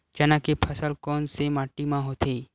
चना के फसल कोन से माटी मा होथे?